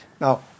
Now